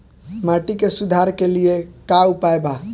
माटी के सुधार के लिए का उपाय बा?